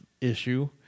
issue